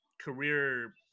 career